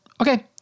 Okay